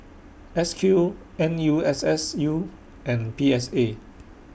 S Q N U S S U and P S A